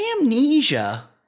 Amnesia